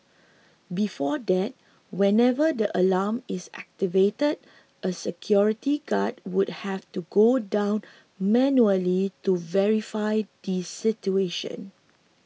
before that whenever the alarm is activated a security guard would have to go down manually to verify the situation